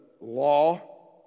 law